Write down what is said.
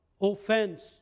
Offense